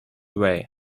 away